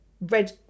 red